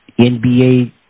NBA